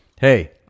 Hey